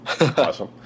Awesome